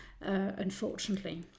unfortunately